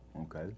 Okay